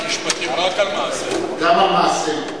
הלוואי.